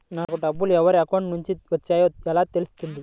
నాకు డబ్బులు ఎవరి అకౌంట్ నుండి వచ్చాయో ఎలా తెలుస్తుంది?